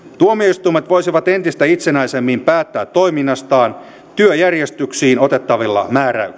tuomioistuimet voisivat entistä itsenäisemmin päättää toiminnastaan työjärjestyksiin otettavilla määräyksillä